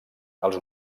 als